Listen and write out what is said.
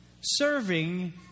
Serving